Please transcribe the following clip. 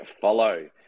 follow